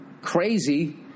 crazy